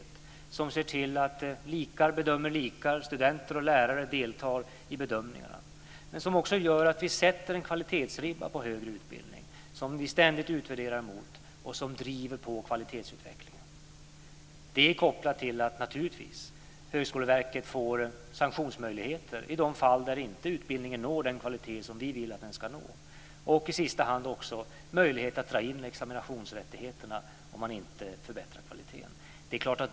Det ska se till att likar bedömer likar, att studenter och lärare deltar i bedömningarna. Vi ska sätta en kvalitetsribba på högre utbildning som vi ständigt ska utvärdera mot och som ska driva på kvalitetsutvecklingen. Det är kopplat till att Högskoleverket naturligtvis ska få sanktionsmöjligheter i de fall där utbildningen inte når den kvalitet vi vill att den ska nå. I sista hand ska det vara möjligt att dra in examinationsrättigheterna om kvaliteten inte förbättras.